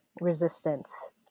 resistance